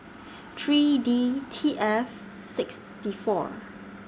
three D T F six D four